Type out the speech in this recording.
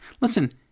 listen